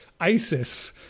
ISIS